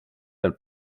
dal